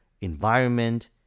environment